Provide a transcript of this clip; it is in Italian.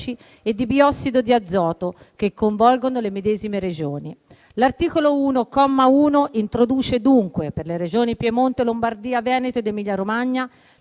e di biossido di azoto, che coinvolgono le medesime Regioni. L'articolo 1, comma 1, introduce dunque per le Regioni Piemonte, Lombardia, Veneto ed Emilia-Romagna